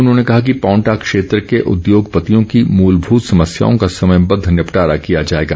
उन्होंने कहा कि पांवटा क्षेत्र के उद्योगपतियों की मूलमूत समस्याओं का समयबद्ध निपटारा किया जाएगा